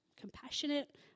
compassionate